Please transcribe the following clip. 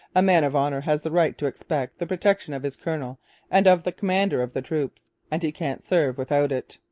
a man of honour has the right to expect the protection of his colonel and of the commander of the troops, and he can't serve without it.